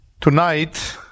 Tonight